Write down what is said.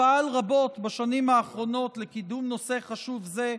שפעל רבות בשנים האחרונות לקידום נושא חשוב זה,